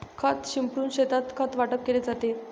खत शिंपडून शेतात खत वाटप केले जाते